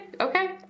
Okay